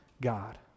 God